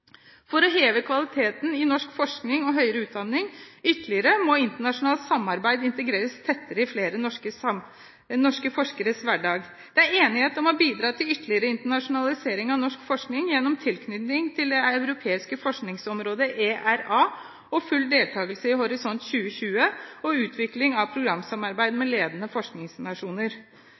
For å heve kvaliteten i norsk forskning og høyere utdanning ytterligere må internasjonalt samarbeid integreres tettere i flere norske forskeres hverdag. Det er enighet om å bidra til ytterligere internasjonalisering av norsk forskning gjennom tilknytning til det europeiske forskningsområdet ERA, full deltakelse i Horisont 2020 og utvikling av programsamarbeid med ledende forskningsnasjoner.